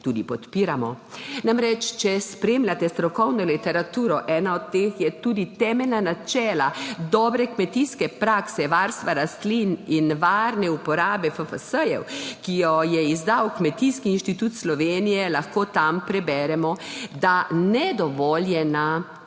podpiramo. Če spremljate strokovno literaturo, ena od teh je tudi Temeljna načela dobre kmetijske prakse varstva rastlin in varne rabe fitofarmacevtskih sredstev, ki jo je izdal Kmetijski inštitut Slovenije, lahko tam preberemo, da nedovoljena